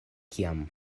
kiam